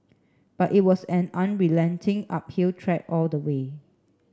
but it was an unrelenting uphill trek all the way